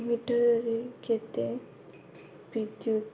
ମିଟରରେ କେତେ ବିଦ୍ୟୁତ